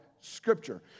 scripture